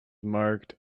marked